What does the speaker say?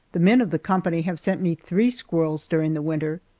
the men of the company have sent me three squirrels during the winter.